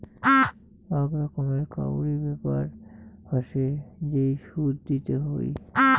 আক রকমের কাউরি ব্যাপার হসে যেই সুদ দিতে হই